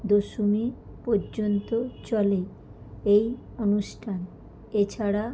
দশমী পর্যন্ত চলে এই অনুষ্ঠান এছাড়া